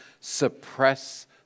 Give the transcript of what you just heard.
suppress